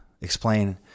explain